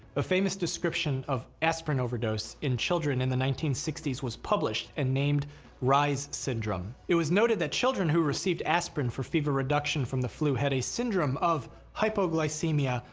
a famous description of aspirin overdose in children in the nineteen sixty s was published and named reye's syndrome. it was noted that children who received aspirin for fever reduction from the flu had a syndrome of hypoglycemia,